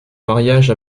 mariage